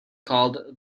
called